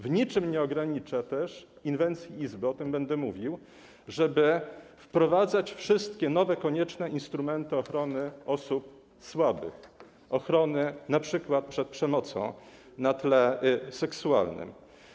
W niczym nie ogranicza też inwencji Izby, o czym będę mówił, żeby wprowadzać wszystkie nowe konieczne instrumenty ochrony osób słabych, np. ochrony przed przemocą na tle seksualnym.